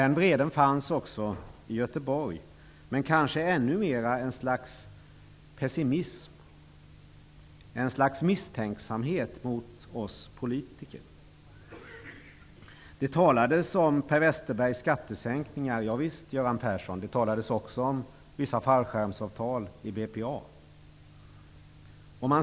Den vreden fanns också i Göteborg, men det var kanske ännu mera ett slags pessimism, ett slags misstänksamhet mot oss politiker. Det talades om Per Westerbergs skattesänkningar. Det talades också, Göran Persson, om vissa fallskärmsavtal i BPA.